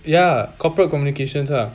ya corporate communications ah